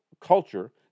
culture